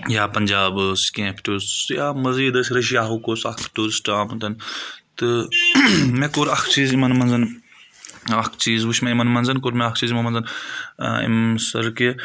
یا پَنجاب ٲس کینٛہہ ٹوٗرِسٹہٕ مزیٖد ٲسۍ رشیاہُک اوس اَکھ ٹوٗرِسٹہٕ آمُت تہٕ مےٚ کوٚر اکھ چیٖز یِمَن منٛز اَکھ چیٖز وٕچھ مےٚ یِمَن منٛز کوٚر مےٚ اَکھ چیٖز یِمَن منٛز سَرکہِ